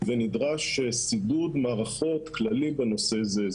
ונדרש שידוד מערכות כללי בנושא זה.